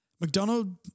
McDonald